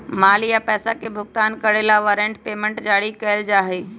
माल या पैसा के भुगतान करे ला वारंट पेमेंट जारी कइल जा हई